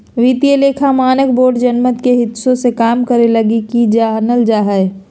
वित्तीय लेखा मानक बोर्ड जनमत के हित मे काम करे लगी ही जानल जा हय